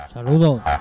Saludos